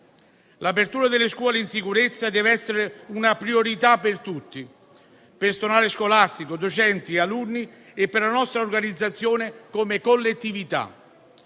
L'apertura delle scuole in sicurezza deve essere una priorità per tutti (personale scolastico, docenti, alunni e per la nostra organizzazione come collettività).